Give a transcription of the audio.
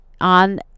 on